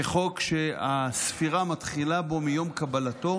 כחוק שהספירה מתחילה בו מיום קבלתו,